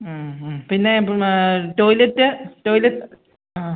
പിന്നെ ടോയ്ലെറ്റ് ടോയ്ലെ ആ